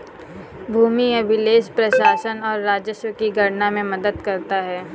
भूमि अभिलेख प्रशासन और राजस्व की गणना में मदद करता है